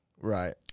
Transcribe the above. Right